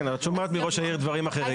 כן, אבל את שומעת מראש העיר דברים אחרים.